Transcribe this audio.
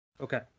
Okay